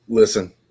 Listen